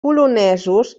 polonesos